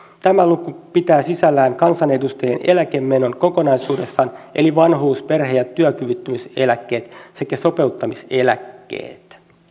tämä luku pitää sisällään kansanedustajien eläkemenon kokonaisuudessaan eli vanhuus perhe ja työkyvyttömyyseläkkeet sekä sopeuttamiseläkkeet